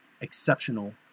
exceptional